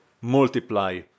multiply